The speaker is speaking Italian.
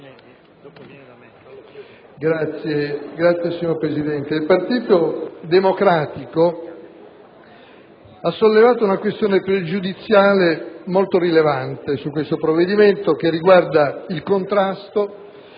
*(PD)*. Signor Presidente, il Partito Democratico ha sollevato una questione pregiudiziale molto rilevante su questo provvedimento che riguarda il contrasto,